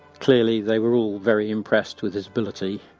clearly, they were all very impressed with his ability,